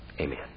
Amen